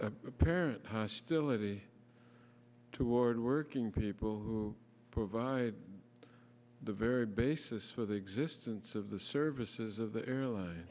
such a parent hostility toward working people who provide the very basis for the existence of the services of the airline